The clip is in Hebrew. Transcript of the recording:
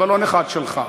בלון אחד שלך.